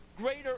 greater